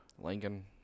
Lincoln